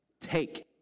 Take